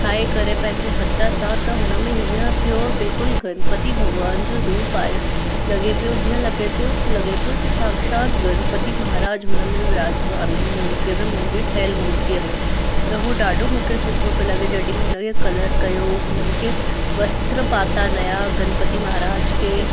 ठाए करे पैंजे हथ सां त हुन में हीअं थियो बिल्कुलु गणपति भॻिवान जो रूप आहे लॻे पियो जीअं लॻे थो लॻे पियो की साक्षात गणपति महाराज हुन में विराजमान आहिनि मूर्तिअ में मुंहिंजी ठहियलु मूर्तिअ में त उहो ॾाढो मूंखे सुठो पियो लॻे जेॾीमहिल उन खे कलर कयो उन्हनि खे वस्त्र पाता नया गणपति महाराज के